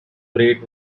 great